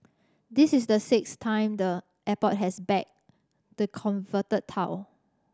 this is the sixth time the airport has bagged the